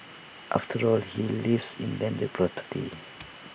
after all he lives in landed property